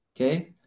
Okay